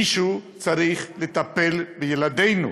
מישהו צריך לטפל בילדינו.